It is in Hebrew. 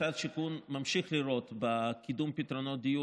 משרד השיכון ממשיך לראות בקידום פתרונות דיור